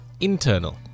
Internal